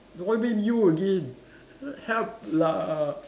what mean you again help lah